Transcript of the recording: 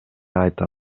айта